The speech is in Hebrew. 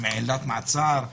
עם עילת מעצר,